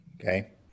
Okay